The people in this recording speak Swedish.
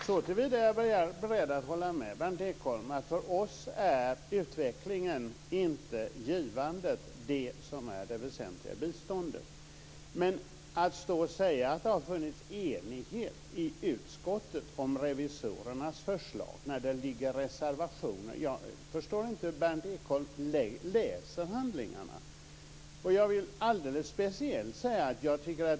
Fru talman! Jag är beredd att hålla med Berndt Ekholm i så måtto att för oss är utvecklingen, inte givandet, det väsentliga i fråga om biståndet. Men när man står här och talar om att det har funnits enighet i utskottet om revisorernas förslag - detta i ett läge där det finns reservationer - måste jag säga att jag inte förstår hur Berndt Ekholm läser handlingarna.